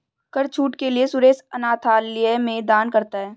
कर छूट के लिए सुरेश अनाथालय में दान करता है